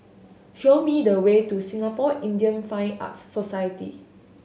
show me the way to Singapore Indian Fine Arts Society